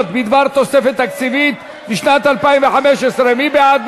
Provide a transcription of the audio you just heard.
הסתייגויות בדבר תוספת תקציבית לשנת 2015, מי בעד?